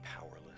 powerless